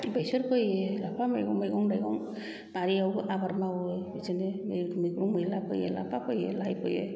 बेसर फोयो लाफा मैगं थाइगं बारियावबो आबार मावो बिदिनो मैद्रु मैगं मैला फोयो लाफा फोयो लाइ फोयो